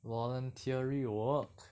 voluntary work`